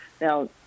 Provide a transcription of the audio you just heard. Now